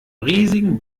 riesigen